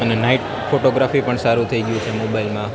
અને night photography પણ સારું થઈ ગઈ છે મોબાઈલમાં